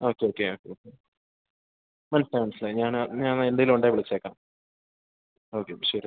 okay okay okay okay മനസ്സിലായി മനസ്സിലായി ഞാൻ ഞാൻ എന്തേലുമുണ്ടേൽ വിളിച്ചേക്കാം ഓക്കെ അപ്പം ശരി